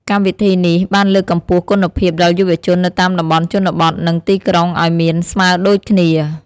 កម្មវិធីនេះបានលើកកម្ពស់គុណភាពដល់យុវជននៅតាមតំបន់ជនបទនិងទីក្រុងឲ្យមានស្មើដូចគ្នា។